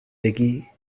بگی